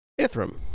Ithram